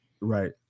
Right